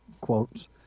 quotes